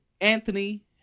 Anthony